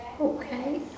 okay